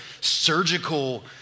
surgical